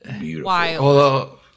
Wild